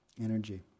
energy